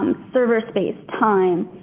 um server space, time,